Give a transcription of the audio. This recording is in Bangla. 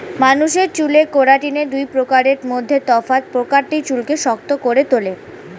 মানুষের চুলে কেরাটিনের দুই প্রকারের মধ্যে আলফা প্রকারটি চুলকে শক্ত করে তোলে